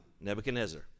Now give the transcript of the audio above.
Nebuchadnezzar